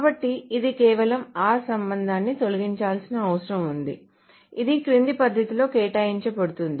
కాబట్టి ఇది కేవలం r సంబంధాన్ని తొలగించాల్సిన అవసరం ఉంది ఇది క్రింది పద్ధతిలో కేటాయించబడుతుంది